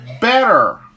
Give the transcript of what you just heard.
better